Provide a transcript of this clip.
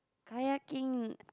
kayaking